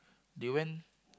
they went